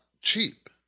cheap